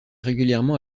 régulièrement